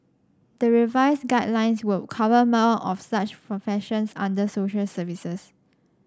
the revised guidelines would cover more of such professions under social services